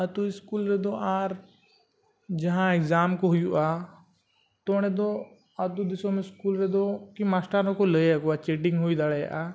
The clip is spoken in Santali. ᱟᱹᱛᱩ ᱨᱮᱫᱚ ᱟᱨ ᱡᱟᱦᱟᱸ ᱠᱚ ᱦᱩᱭᱩᱜᱼᱟ ᱛᱳ ᱚᱸᱰᱮᱫᱚ ᱟᱹᱛᱩ ᱫᱤᱥᱚᱢ ᱨᱮᱫᱚ ᱠᱤ ᱦᱚᱸᱠᱚ ᱞᱟᱹᱭ ᱟᱠᱚᱣᱟ ᱦᱩᱭ ᱫᱟᱲᱮᱭᱟᱜᱼᱟ